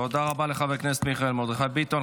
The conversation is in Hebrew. תודה רבה לחבר הכנסת מיכאל מרדכי ביטון.